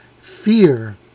Fear